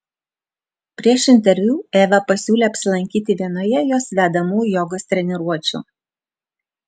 prieš interviu eva pasiūlė apsilankyti vienoje jos vedamų jogos treniruočių